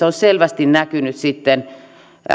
olisi selvästi näkynyt